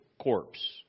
corpse